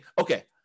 okay